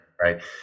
right